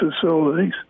facilities